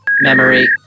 memory